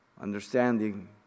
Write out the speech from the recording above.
understanding